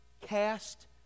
Cast